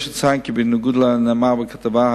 יש לציין כי בניגוד לנאמר בכתבה,